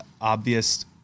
obvious